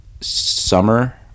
summer